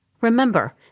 Remember